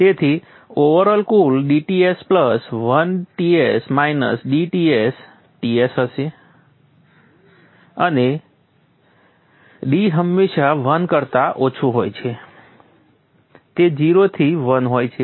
તેથી ઓવરઓલ કુલ dTs 1Ts dTs Ts હશે અને d હંમેશા 1 કરતા ઓછું હોય છે તે 0 થી 1 હોય છે